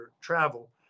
travel